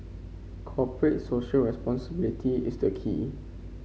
corporate Social Responsibility is the key